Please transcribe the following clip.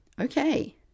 okay